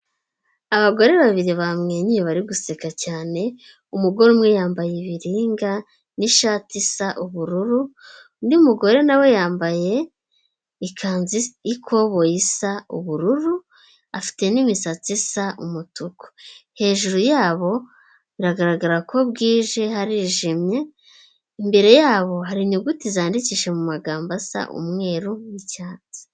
Abagore babiri bamwenyuye bari guseka cyane. Umugore umwe yambaye ibiringa n'ishati isa ubururu, undi mugore nawe yambaye ikanzu yikoboyi ubururu, afite n'imisatsi isa umutuku. Hejuru yabo biragaragara ko bwije harijimye, imbere yabo hari inyuguti zandikishije mu magambo asa umweru n'icyatsi.